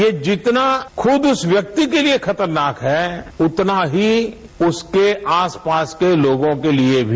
यह जितना खुद उस व्यक्ति के लिये खतरनाक है उतना ही उसके आसपास के लोगों के लिये भी